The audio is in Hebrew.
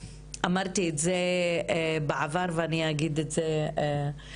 אמרתי את זה בעבר ואני אגיד את זה שוב,